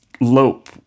lope